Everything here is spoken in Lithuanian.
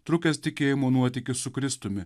trukęs tikėjimo nuotykis su kristumi